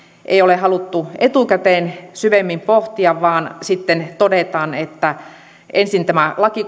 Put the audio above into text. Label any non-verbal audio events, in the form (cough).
ei ole haluttu etukäteen syvemmin pohtia vaan sitten todetaan että kun ensin tämä laki (unintelligible)